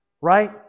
right